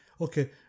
okay